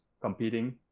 competing